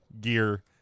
gear